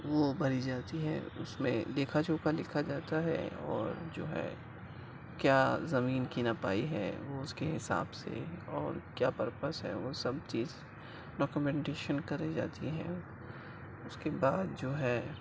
وہ بھری جاتی ہے اس میں لیکھا جوکھا لکھا جاتا ہے اور جو ہے کیا زمین کی نپائی ہے وہ اس کے حساب سے اور کیا پرپس وہ سب چیز ڈکومینٹیشن کرائی جاتی ہے اس کے بعد جو ہے